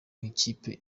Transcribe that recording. nk’ikipe